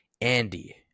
Andy